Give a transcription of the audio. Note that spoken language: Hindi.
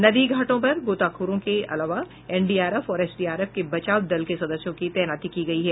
नदी घाटों पर गोताखोरों के अलावा एनडीआरएफ और एसडीआरएफ के बचाव दल के सदस्यों की तैनाती की गयी है